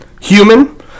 human